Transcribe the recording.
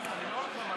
(הישיבה נפסקה בשעה